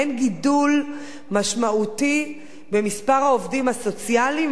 אין גידול משמעותי במספר העובדים הסוציאליים.